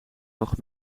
nog